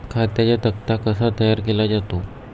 खात्यांचा तक्ता कसा तयार केला जातो?